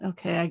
Okay